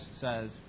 says